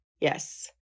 Yes